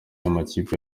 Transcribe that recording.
y’amakipe